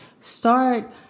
Start